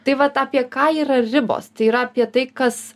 tai vat apie ką yra ribos tai yra apie tai kas